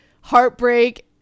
heartbreak